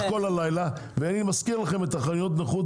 אני מזכיר גם את חנויות הנוחות